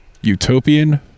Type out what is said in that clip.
utopian